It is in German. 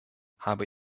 habe